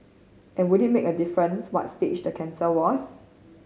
and would it make a difference what stage the cancer was